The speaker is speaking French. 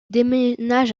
déménage